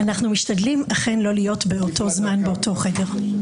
אנחנו משתדלים לא להיות באותו זמן באותו חדר.